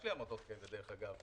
יש לי עמותות כאלה דרך אגב.